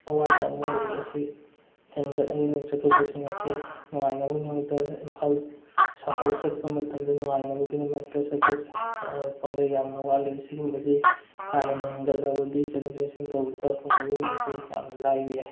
ꯑꯋꯥꯠꯄ ꯑꯃ ꯑꯣꯏꯔꯤ ꯑꯁꯤ ꯍꯦꯟꯒꯠ ꯆꯠꯊꯣꯛ ꯆꯠꯁꯤꯟ ꯑꯁꯤ ꯅꯨꯡꯉꯥꯏꯅꯕꯒꯤꯗꯃꯛꯇ ꯏꯝꯐꯥꯜ ꯁꯍꯔ ꯆꯠꯄ ꯃꯇꯝꯗ ꯅꯨꯡꯉꯥꯏꯅꯕꯒꯤꯗꯃꯛꯇ ꯄꯥꯝꯕꯩ ꯌꯥꯝꯅ ꯋꯥꯠꯂꯤ ꯁꯤꯒꯨꯝꯕꯁꯤ ꯀꯥ ꯍꯦꯟꯅ ꯍꯦꯟꯒꯠꯂꯕꯗꯤ ꯆꯠꯊꯣꯛ ꯆꯠꯁꯤꯟ ꯇꯧꯕꯗ ꯈꯨꯡꯒꯪꯒꯤ ꯃꯤꯁꯤ ꯌꯥꯝꯅ ꯂꯥꯏꯕ ꯌꯥꯏ